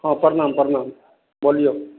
हँ प्रणाम प्रणाम बोलियौ